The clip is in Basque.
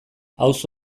auzo